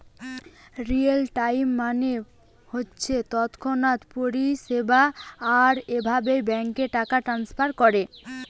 real time মানে হচ্ছে তৎক্ষণাৎ পরিষেবা আর এভাবে ব্যাংকে টাকা ট্রাস্নফার কোরে